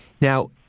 Now